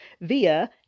via